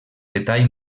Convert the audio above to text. detall